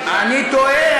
אני תוהה,